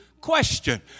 question